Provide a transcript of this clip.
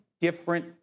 Different